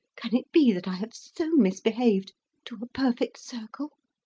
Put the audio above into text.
can it be that i have so misbehaved to a perfect circle?